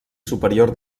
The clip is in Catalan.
superior